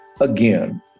again